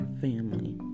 family